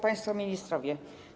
Państwo Ministrowie!